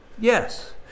Yes